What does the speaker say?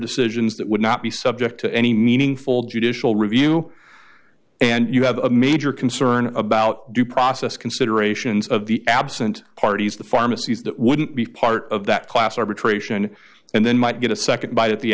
decisions that would not be subject to any meaningful judicial review and you have a major concern about due process considerations of the absent parties the pharmacy's that wouldn't be part of that class arbitration and then might get a nd bite at the